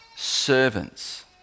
servants